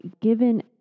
given